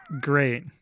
Great